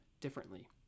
differently